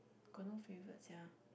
got no favourite sia